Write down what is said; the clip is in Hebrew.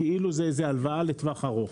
כאילו זאת הלוואה לטווח ארוך